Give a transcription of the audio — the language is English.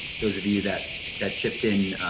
those of you that that chipped in